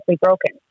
broken